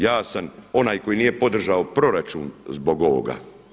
Ja sam onaj koji nije podržao proračun zbog ovoga.